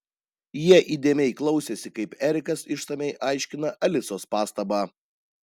jie įdėmiai klausėsi kaip erikas išsamiai aiškina alisos pastabą